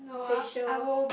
facial